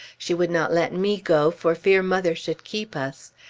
she would not let me go for fear mother should keep us.